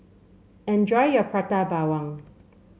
enjoy your Prata Bawang